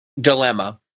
dilemma